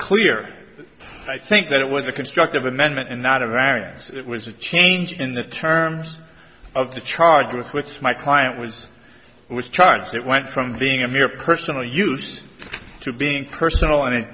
clear i think that it was a constructive amendment and not a variance it was a change in the terms of the charge with which my client was was charged it went from being a mere personal use to being personal and i